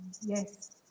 Yes